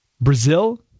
Brazil